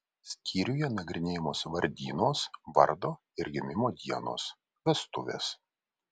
skyriuje nagrinėjamos vardynos vardo ir gimimo dienos vestuvės